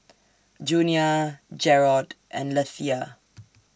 Junia Jerrod and Lethia